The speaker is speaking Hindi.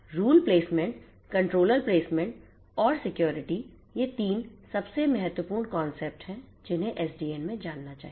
रूल प्लेसमेंट कंट्रोलर प्लेसमेंट और सिक्योरिटी ये 3 सबसे महत्वपूर्ण कॉन्सेप्ट्स हैं जिन्हें एसडीएन में जानना चाहिए